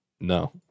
No